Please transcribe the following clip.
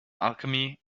alchemy